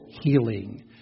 healing